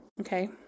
Okay